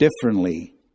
differently